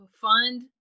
fund